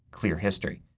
clear history.